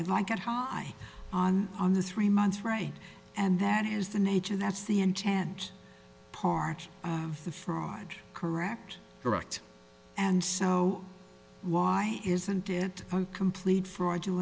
i like that high on on the three months right and that is the nature that's the intent part of the fraud correct correct and so why isn't it a complete fraud